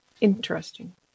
Interesting